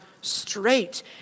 straight